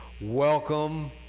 welcome